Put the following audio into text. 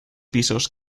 pisos